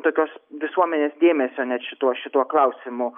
tokios visuomenės dėmesio net šituo šituo klausimu